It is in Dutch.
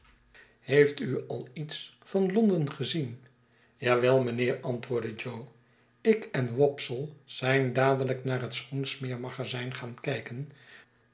heeft u al iets van londen gezien ja wel mijnheer antwoordde jo ik en wopsle zijn dadelijk naar het schoensmeermagazijn gaan kijken